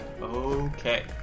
Okay